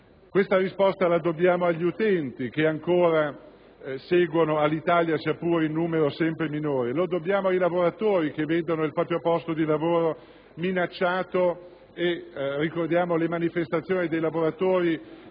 Questa risposta la dobbiamo agli utenti, che ancora seguono Alitalia, sia pure in numero sempre minore; la dobbiamo ai lavoratori, che vedono il proprio posto di lavoro minacciato (ricordiamo le manifestazioni dei dipendenti